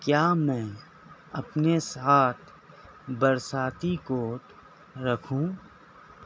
کیا میں اپنے ساتھ برساتی کوٹ رکھوں